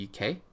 UK